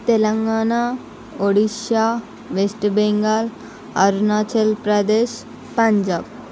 Telangana Odisha West Bengal Arunachal Pradesh Punjab